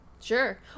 Sure